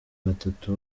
batatu